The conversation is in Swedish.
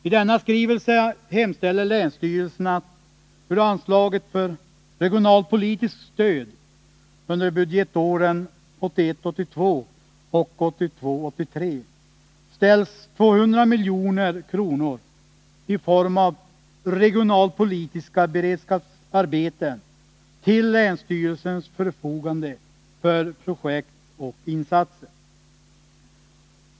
I denna skrivelse hemställer länsstyrelsen att ur anslaget för regionalpolitiskt stöd under budgetåren 1981 83 200 milj.kr. i form av regionalpolitiska beredskapsarbeten ställs till länsstyrelsens förfogande för projekt och insatser.